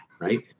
right